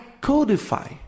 codify